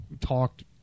talked